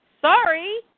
Sorry